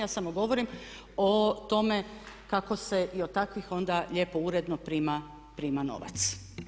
Ja samo govorim o tome kako se i od takvih onda lijepo, uredno prima novac.